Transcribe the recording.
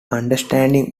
understanding